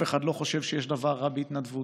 אף אחד לא חושב שיש דבר רע בהתנדבות.